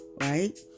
Right